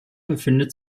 befindet